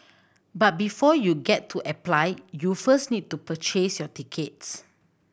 but before you get to apply you first need to purchase your tickets